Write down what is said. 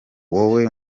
wowe